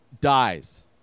dies